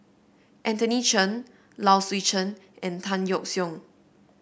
Anthony Chen Low Swee Chen and Tan Yeok Seong